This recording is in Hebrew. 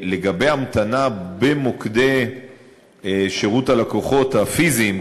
לגבי המתנה במוקדי שירות הלקוחות הפיזיים,